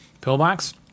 pillbox